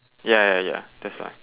ya ya ya that's why